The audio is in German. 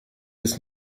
ist